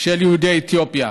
של יהודי אתיופיה.